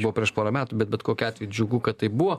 buvo prieš porą metų bet bet kokiu atveju džiugu kad tai buvo